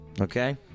okay